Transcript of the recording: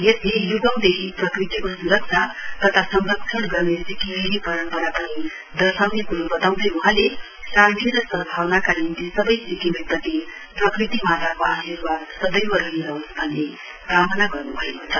यसले य्गौंदेखि प्रकृतिको स्रक्षा तथा संरशण गर्ने सिक्किमेली परम्परा पनि दर्शाउँने कुरो बताउँदै वहाँ शान्ति र सदभावनाका निम्ति सबै सिक्किमेप्रति प्रकृति माताको आशिर्वाद सदैव रहिरहोस् भन्ने कामना गर्न् भएक छ